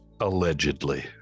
Allegedly